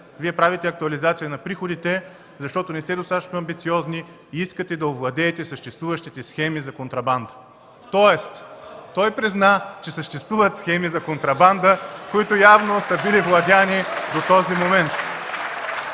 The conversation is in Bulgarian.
„Вие правите актуализация на приходите, защото не сте достатъчно амбициозни и искате да овладеете съществуващите схеми за контрабанда”. Тоест той призна, че съществуват схеми за контрабанда, които явно са били владени до този момент.